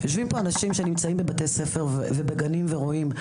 יושבים פה אנשים שנמצאים בבתי-ספר ובגנים ורואים,